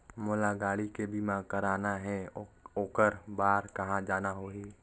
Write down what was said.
मोला गाड़ी के बीमा कराना हे ओकर बार कहा जाना होही?